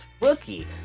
rookie